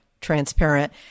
transparent